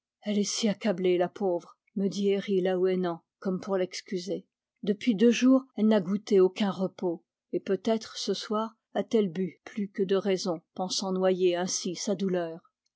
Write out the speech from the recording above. elle est si accablée la pauvre me dit herri laouénan comme pour l'excuser depuis deux jours elle n'a goûté aucun repos et peut-être ce soir a-t-elle bu plus que de raison pensant noyer ainsi sa douleur